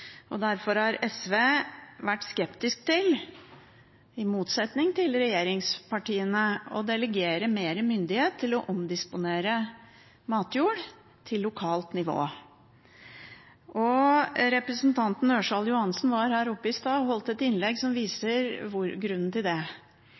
Derfor har SV, i motsetning til regjeringspartiene, vært skeptisk til å delegere mer myndighet til å omdisponere matjord til lokalt nivå. Representanten Ørsal Johansen var her oppe i stad og holdt et innlegg som viser grunnen til det.